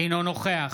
אינו נוכח